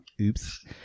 Oops